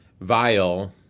vile